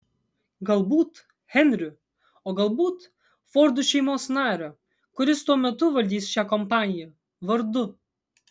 galbūt henriu o galbūt fordų šeimos nario kuris tuo metu valdys šią kompaniją vardu